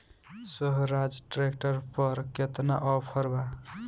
सोहराज tractor पर केतना offer बा?